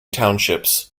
townships